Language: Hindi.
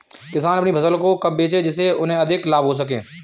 किसान अपनी फसल को कब बेचे जिसे उन्हें अधिक लाभ हो सके?